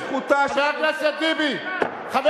חבר הכנסת טיבי.